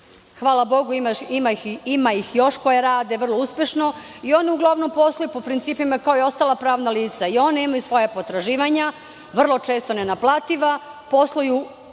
hvala bogu, ima ih još koje rade vrlo uspešno i one uglavnom posluju po principima kao i ostala pravna lica. I one imaju svoja potraživanja, vrlo često nenaplativa, posluju u sferi